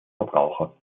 verbraucher